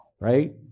Right